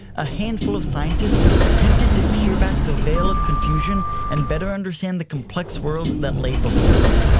a handful of scientists attempted to peer back the veil of confusion, and better understand the complex world that lay before them.